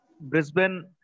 Brisbane